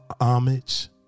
homage